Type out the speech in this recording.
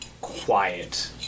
quiet